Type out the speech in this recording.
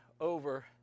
over